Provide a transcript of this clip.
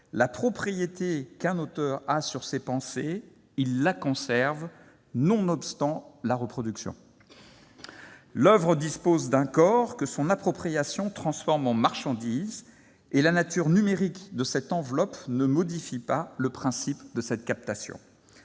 La propriété qu'un auteur a sur ses pensées [...], il la conserve nonobstant la reproduction ». L'oeuvre dispose d'un corps que son appropriation transforme en marchandise, et la nature numérique de cette enveloppe ne modifie pas le principe de cette captation.